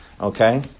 Okay